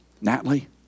Natalie